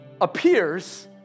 appears